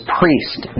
priest